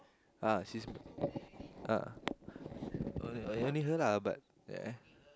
uh she's only only her lah but ya